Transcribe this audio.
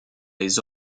les